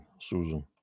Susan